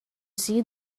see